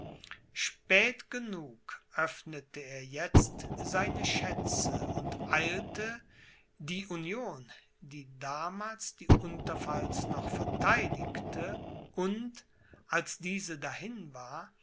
spät genug öffnete er jetzt seine schätze und eilte die union die damals die unterpfalz noch vertheidigte und als diese dahin war